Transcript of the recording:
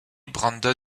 brandon